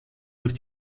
durch